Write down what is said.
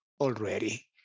already